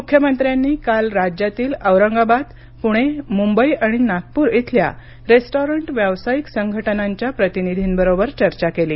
म्ख्यमंत्र्यांनी काल राज्यातील औरंगाबाद पुणे म्ंबई आणि नागपूर इथल्या रेस्टॉरंट व्यावसायिक संघटनांच्या प्रतिनिधींबरोबर चर्चा केली